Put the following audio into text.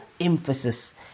emphasis